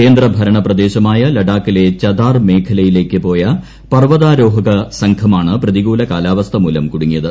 കേന്ദ്രഭരണ പ്രദേശമായ ലഡാക്കിലെ ചദാർ മേഖലയിലേക്ക് പോയ പർവതാരോഹക സംഘമാണ് പ്രതികൂല കാലാവസ്ഥ മൂലം കൂടുങ്ങിയത്